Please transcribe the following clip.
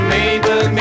Mabel